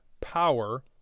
power